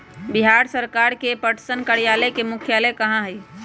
बिहार सरकार के पटसन कार्यालय के मुख्यालय कहाँ हई?